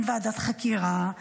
אין ועדת חקירה,